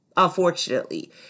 unfortunately